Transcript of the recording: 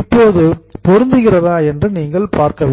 இப்போது பொருந்துகிறதா என்று பார்ப்போம்